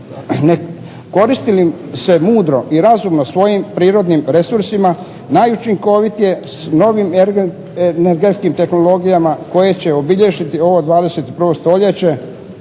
koristi li se mudro i razumno svojim prirodnim resursima najučinkovit je s novim energetskim tehnologijama koje će obilježiti ovo 21. stoljeće